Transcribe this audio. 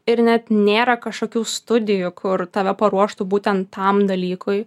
ir net nėra kažkokių studijų kur tave paruoštų būtent tam dalykui